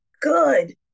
good